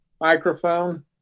Microphone